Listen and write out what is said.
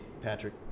Patrick